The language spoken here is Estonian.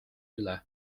üle